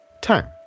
time